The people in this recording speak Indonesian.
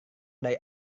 dari